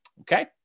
Okay